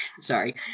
sorry